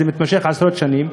זה מתמשך עשרות שנים.